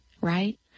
right